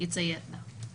יציית לה.